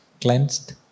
cleansed